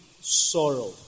sorrow